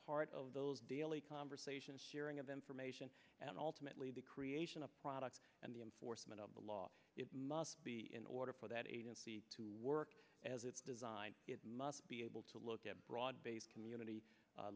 part of those daily conversations sharing of information and ultimately the creation of a product and the enforcement of the law it must be in order for that agency to work as it's designed it must be able to look at broad based community